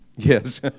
Yes